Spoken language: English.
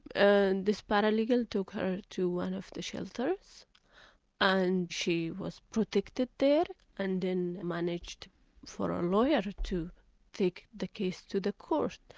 and this paralegal took her to one of the shelters and she was protected there and then managed for a and lawyer to take the case to the court.